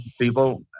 people